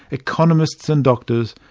economists and doctors,